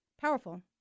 powerful